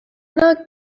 know